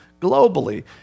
globally